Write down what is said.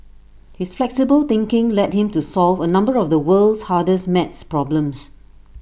his flexible thinking led him to solve A number of the world's hardest math problems